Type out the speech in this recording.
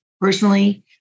personally